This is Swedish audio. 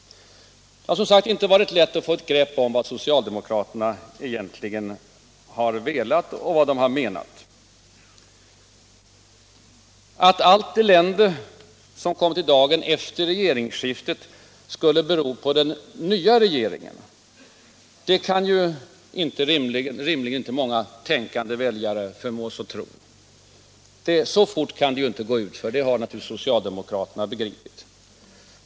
Det har, som sagt, inte varit lätt att få ett grepp om vad socialdemokraterna egentligen har velat och vad de menat. Att allt elände som kommit i dagen efter regeringsskiftet skulle bero på den nya regeringen kan rimligen inte många tänkande väljare förmås att tro. Så fort kan det ju inte gå utför — det har naturligtvis socialdemokraterna begripit.